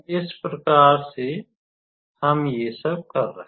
इस प्रकार से हम ये सब कर रहे हैं